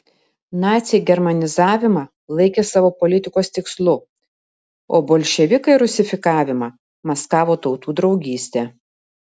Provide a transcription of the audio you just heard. naciai germanizavimą laikė savo politikos tikslu o bolševikai rusifikavimą maskavo tautų draugyste